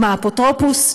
עם האפוטרופוס,